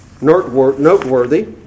noteworthy